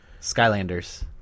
Skylanders